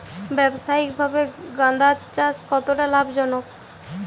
ব্যবসায়িকভাবে গাঁদার চাষ কতটা লাভজনক?